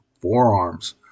forearms